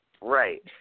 Right